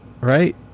right